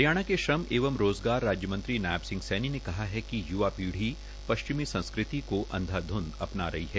हरियाणा के श्रम एवं रोज़गार राज्य मंत्री नायब सिंह सैनी ने कहा है कि य्वा पीढ़ी पश्चिमी संस्कृति को अंधाध्ध अपना रही है